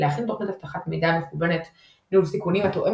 להכין תוכנית אבטחת מידע מכוונת ניהול סיכונים התואמת